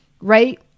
Right